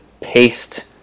paste